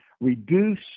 reduce